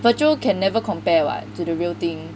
virtual can never compare [what] to the real thing